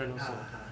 (uh huh)